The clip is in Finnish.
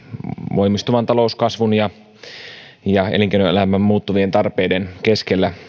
voimistuvan talouskasvun ja ja elinkeinoelämän muuttuvien tarpeiden keskellä